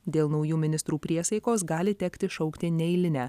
dėl naujų ministrų priesaikos gali tekti šaukti neeilinę